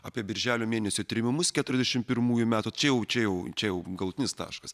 apie birželio mėnesio trėmimus keturiasdešimt pirmųjų metų čia jau čia jau čia jau galutinis taškas